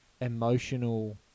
emotional